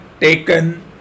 taken